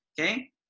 okay